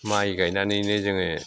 माइ गायनानैनो जोङो